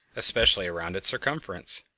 especially around its circumference.